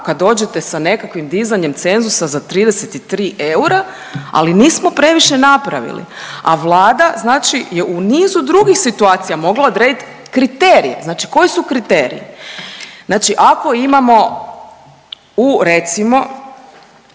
kad dođete sa nekakvim dizanjem cenzusa za 33 eura, ali nismo previše napravili, a Vlada znači je u nizu drugih situacija mogla odrediti kriterije, znači koji su kriteriji? Znači ako imamo, u, recimo,